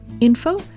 info